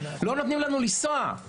לא נותנים לנו לנסוע.